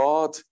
God